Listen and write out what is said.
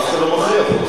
אף אחד לא מכריח אותך.